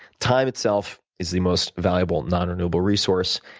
time itself is the most valuable, non-renewable resource.